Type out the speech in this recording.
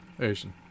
Asian